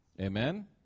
Amen